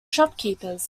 shopkeepers